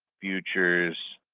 futures,